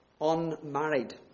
unmarried